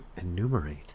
enumerate